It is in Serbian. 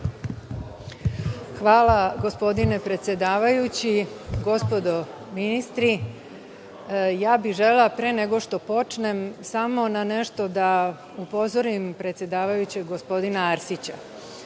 Ivić** Gospodine predsedavajući, gospodo ministri, želela bih pre nego što počnem samo na nešto da upozorim predsedavajućeg gospodina Arsića. Naime,